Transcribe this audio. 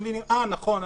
הם מבינים: נכון,